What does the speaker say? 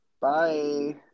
Bye